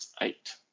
eight